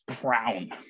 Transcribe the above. brown